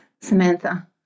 Samantha